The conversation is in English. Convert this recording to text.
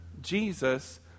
Jesus